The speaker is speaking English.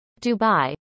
Dubai